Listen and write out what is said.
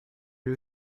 you